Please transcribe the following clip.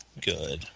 Good